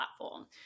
platform